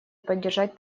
поддержать